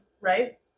Right